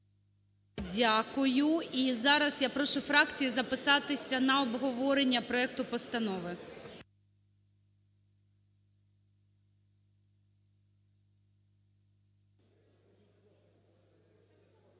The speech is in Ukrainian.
Дякую. І зараз я прошу фракції записатися на обговорення проекту постанови.